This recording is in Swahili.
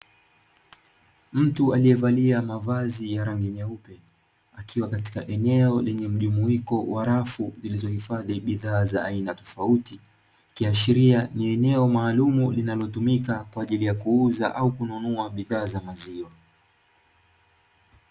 Mtu aliyevalia mavazi ya rangi nyeupe, akiwa katika eneo lenye mjumuiko wa rafu zilizohifadhi bidhaa za aina tofauti, ikiashiria ni eneo maalumu linalotumika kuuza au kununua maziwa.